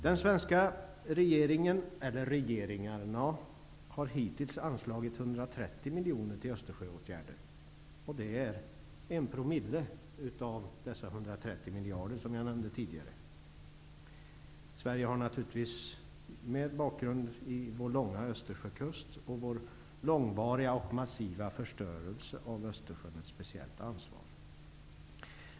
Den svenska regeringen -- eller regeringarna -- har hittills anslagit 130 miljoner till Östersjöåtgärder. Det är en promille av dessa 130 miljarder som jag nämnde tidigare. Sverige har naturligtvis med bakgrund i vår långa Östersjökust och vår långvariga och massiva förstörelse av Östersjön ett speciellt ansvar.